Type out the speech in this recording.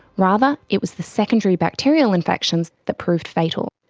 rather it was the secondary bacterial infections that proved fatal.